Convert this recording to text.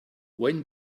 when